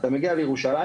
אתה מגיע מירושלים,